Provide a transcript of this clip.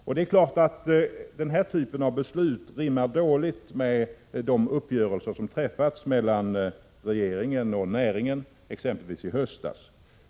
Klart är att den här typen av beslut rimmar dåligt med de uppgörelser som träffats mellan regeringen och näringen, exempelvis i höstas.